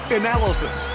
analysis